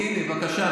הינה, בבקשה.